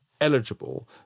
eligible